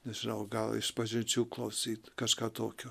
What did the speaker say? nežinau gal išpažinčių klausyt kažką tokio